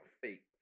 fake